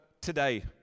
today